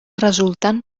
resultant